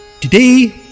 Today